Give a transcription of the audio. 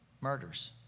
murders